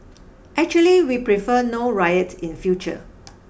actually we prefer no riot in future